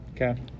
Okay